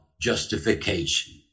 justification